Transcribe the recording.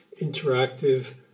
interactive